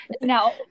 Now